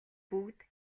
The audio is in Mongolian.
бүгд